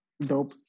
dope